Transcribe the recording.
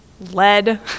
lead